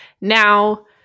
Now